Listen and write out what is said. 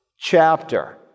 chapter